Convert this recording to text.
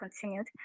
continued